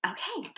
Okay